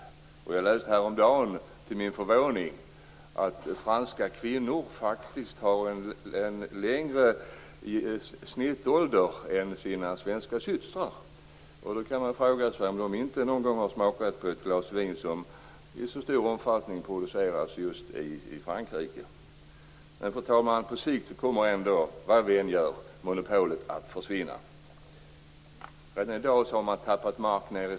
Till min förvåning läste jag häromdagen att franska kvinnor faktiskt har en högre medelålder än sina svenska systrar. Då kan man fråga sig om de någon gång inte har smakat på ett glas vin som i så stor omfattning produceras just i Frankrike. Fru talman! Vad vi än gör kommer monopolet på sikt att försvinna. I Skåne har Systembolaget tappat mark.